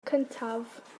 cyntaf